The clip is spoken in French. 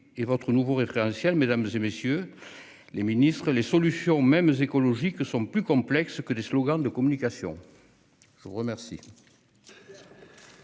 est votre nouveau référentiel, madame, messieurs les ministres, les solutions, même écologiques, sont plus complexes que des slogans de communication. Très bien